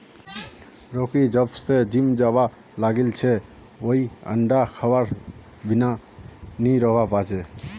Rocky जब स gym जाबा लागिल छ वइ अंडा खबार बिनइ नी रहबा पा छै